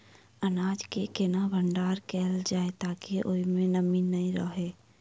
अनाज केँ केना भण्डारण कैल जाए ताकि ओई मै नमी नै रहै?